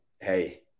Hey